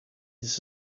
this